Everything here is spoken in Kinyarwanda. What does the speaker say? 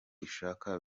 ishaka